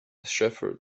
shepherd